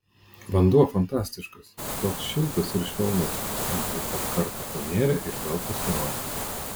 vanduo fantastiškas toks šiltas ir švelnus ji dar kartą panėrė ir vėl pasirodė